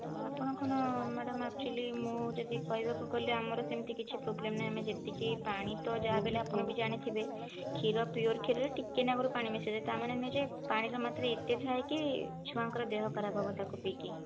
ହଁ ଆପଣ କ'ଣ ମାଡ଼ାମ ଆକଚୋଲୀ ମୁଁ ଯଦି କହିବାକୁ ଗଲେ ଆମର ସେମିତି କିଛି ପ୍ରୋବ୍ଲେମ ନାହିଁ ଆମେ ଯେତିକି ପାଣି ତ ଯାହାବିହେଲେ ଆପଣ ତ ଯାଣିଥିବେ କ୍ଷୀର ପିଓର କ୍ଷୀରରେ ଟିକିଏ ନାକୁରୁ ପାଣି ମିଶାଏ ତା ମାନେ ନାହିଁ ଯେ ପାଣିର ମାତ୍ରା ଏତେ ଥାଏ କି ଛୁଆଙ୍କର ଦେହଖରାପ ହେବ ତାକୁ ପିଇକି